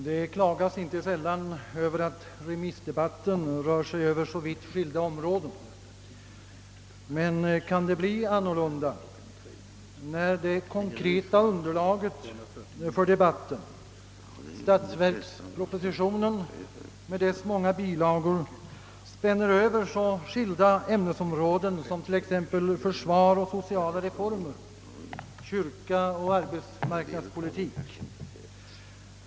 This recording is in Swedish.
Det klagas inte sällan över att remissdebatten rör sig över så vitt skilda områden, men kan det bli annorlunda när det konkreta underlaget för debatten — statsverkspropositionen med dess många bilagor — spänner över så skilda ämnesområden som t.ex. försvar och sociala reformer, kyrka och arbetsmarknadspolitik?